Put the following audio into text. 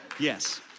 Yes